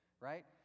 right